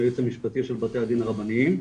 יועמ"ש של בתי הדין הרבניים,